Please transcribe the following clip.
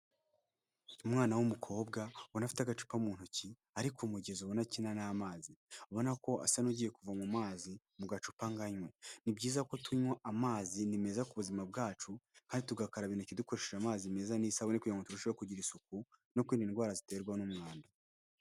Umwana w'umukobwa ubona afite agacupa mu ntoki ari ku mugezi ubona akina n'amazi, ubona ko asa n'ugiye kuvoma amazi mu gacupango anywe. Ni byiza ko tunywa amazi ni meza ku buzima bwacu kandi tugakaraba intoki dukoresheje amazi meza n'isabune kugira ngo turusheho kugira isuku no kwirinda indwara ziterwa n'umwanda.